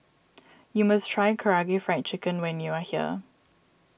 you must try Karaage Fried Chicken when you are here